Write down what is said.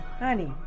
honey